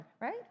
right